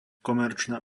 komerčná